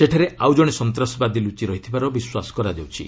ସେଠାରେ ଆଉ ଜଣେ ସନ୍ତାସବାଦୀ ଲୁଚି ରହିଥିବାର ବିଶ୍ୱାସ କରାଯାଉଛି